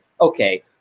okay